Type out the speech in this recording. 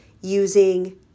using